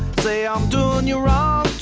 say i'm doing you wrong,